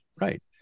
right